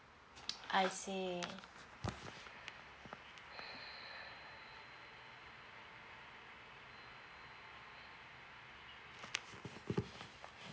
I see